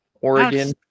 Oregon